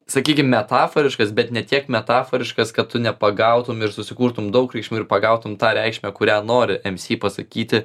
sakykim metaforiškas bet ne tiek metaforiškas kad nepagautum ir susikurtum daug reikšmių ir pagautum tą reikšmę kurią nori mc pasakyti